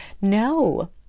No